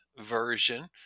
version